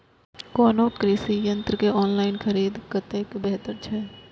कोनो कृषि यंत्र के ऑनलाइन खरीद कतेक बेहतर छै?